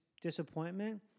disappointment